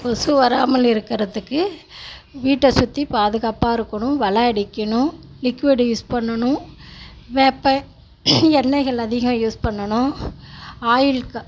கொசு வராமல் இருக்கிறத்துக்கு வீட்டை சுற்றி பாதுகாப்பாக இருக்கணும் வலை அடிக்கணும் லிக்யூடு யூஸ் பண்ணனும் வேப்ப எண்ணெய்கள் அதிகம் யூஸ் பண்ணணும் ஆயுள்க்க